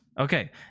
Okay